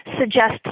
suggest